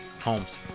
Holmes